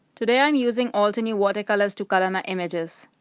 today i'm using altenew watercolors to color my images.